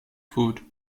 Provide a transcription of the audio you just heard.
food